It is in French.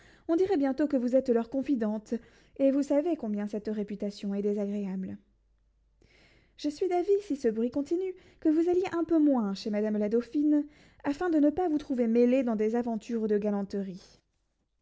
on dirait bientôt que vous êtes leur confidente et vous savez combien cette réputation est désagréable je suis d'avis si ce bruit continue que vous alliez un peu moins chez madame la dauphine afin de ne vous pas trouver mêlée dans des aventures de galanterie